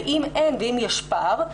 אם אין ויש פער,